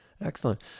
Excellent